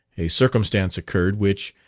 a circumstance occurred, which,